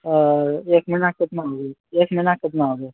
ओ एक महिनाके कितना हो गेल एक महिनाके कितना होगा